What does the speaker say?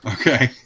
Okay